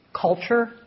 culture